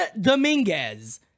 Dominguez